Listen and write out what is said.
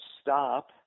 stop